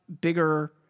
bigger